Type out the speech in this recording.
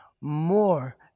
more